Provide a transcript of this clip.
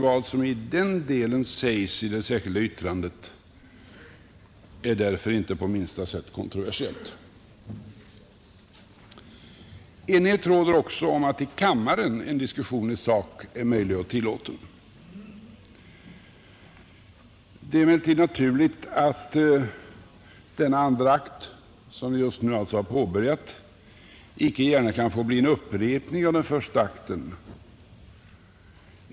Vad som uttalas i denna del av det särskilda yttrandet är därför inte på minsta sätt kontroversiellt. Enighet råder också om att i kammaren en diskussion i sak är möjlig och tillåten. Det är emellertid naturligt att denna andra akt, som vi just nu har påbörjat, inte gärna kan få bli en upprepning av den första akten.